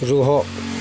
ରୁହ